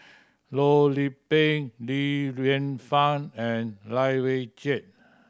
Loh Lik Peng Li Lienfung and Lai Weijie